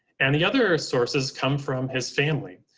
and the other sources come from his family.